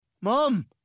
Mom